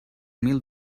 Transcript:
mil